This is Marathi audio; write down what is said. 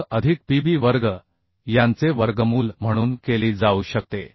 वर्ग अधिक Pb वर्ग यांचे वर्गमूल म्हणून केली जाऊ शकते